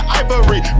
ivory